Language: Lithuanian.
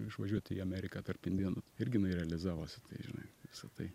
išvažiuot į ameriką tarp indėnų irgi jinai realizavosi tai žinai visa tai